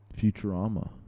Futurama